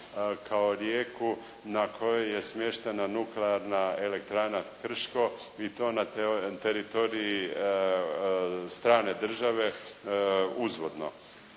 kao rijeku na kojoj je smještena Nuklearna elektrana "Krško" i to na teritoriji strane države uzvodno.